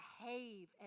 behave